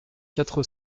quatre